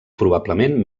probablement